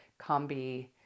combi